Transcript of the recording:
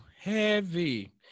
heavy